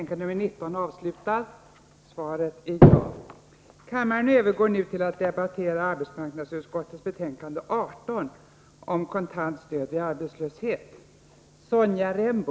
Kammaren övergår nu till att debattera arbetsmarknadsutskottets betänkande 18 om kontant stöd vid arbetslöshet m.m.